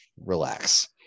relax